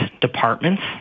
departments